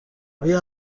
آیا